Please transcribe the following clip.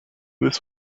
this